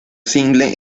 single